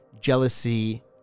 jealousy